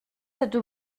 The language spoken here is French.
cette